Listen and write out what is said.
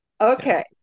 Okay